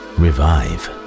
revive